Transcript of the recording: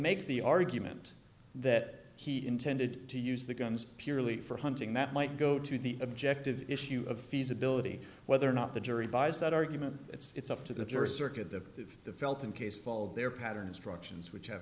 make the argument that he intended to use the guns purely for hunting that might go to the objective issue of feasibility whether or not the jury buys that argument it's up to the jury circuit the the feltham case fall their pattern instructions